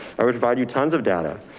i would provide you tons of data.